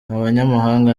abanyamahanga